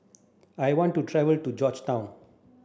I want to travel to Georgetown